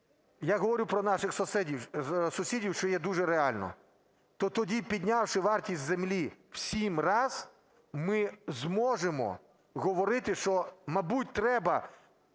Я говорю про наших сусідів, що є дуже реально. То тоді, піднявши вартість землі в 7 разів, ми зможемо говорити, що, мабуть, треба